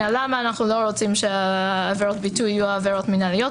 למה אנחנו לא רוצים שעבירות ביטוי תהיינה עבירות מנהליות?